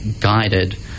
guided